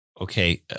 Okay